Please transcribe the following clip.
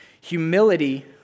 Humility